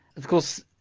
of course,